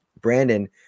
Brandon